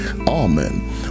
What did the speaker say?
amen